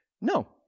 No